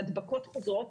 להדבקות חוזרות,